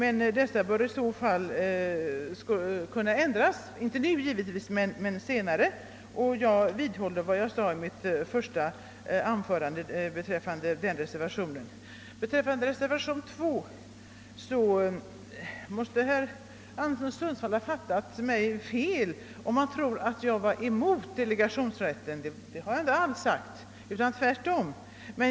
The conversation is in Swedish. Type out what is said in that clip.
Lagbestämmelserna skulle dock i detta fall senare kunna ändras; jag vidhåller vad jag i mitt första anförande framhöll beträffande reservationen I. Beträffande reservationen II måste herr Anderson i Sundsvall ha fattat mig fel, om han tror att jag vände mig mot delegationsrätten. Något sådant har jag inte alls sagt, tvärtom.